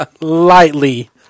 Lightly